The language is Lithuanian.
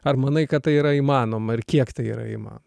ar manai kad tai yra įmanoma ir kiek tai yra įmanoma